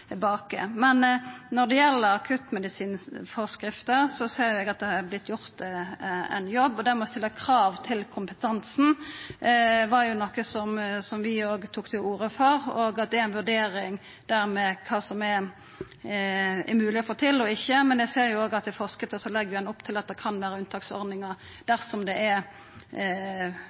tilstrekkeleg, men at ein òg trengte ein vidare plan for det. Eg stiller spørsmålet tilbake. Når det gjeld akuttmedisinforskrifta, ser eg at ein har gjort ein jobb. Dette med å stilla krav om kompetanse var noko som vi òg tok til orde for, og at det her er ei vurdering med omsyn til kva som er mogleg å få til og ikkje. Men eg ser òg at i forskrifta legg ein opp til at det kan vera unntaksordningar dersom det er